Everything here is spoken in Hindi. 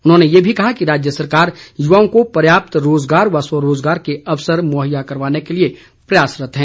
उन्होंने यह भी कहा कि राज्य सरकार युवाओं को पर्याप्त रोजगार व स्वरोजगार के अवसर मुहैया करवाने के लिए भी प्रयासरत है